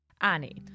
Annie